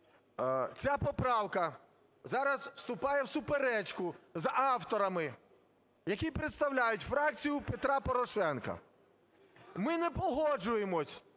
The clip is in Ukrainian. Ця поправка зараз вступає в суперечку з авторами, які представляють фракцію Петра Порошенка. Ми не погоджуємось